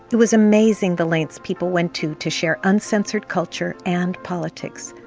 it was amazing, the lengths people went to to share uncensored culture and politics.